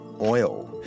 oil